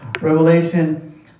Revelation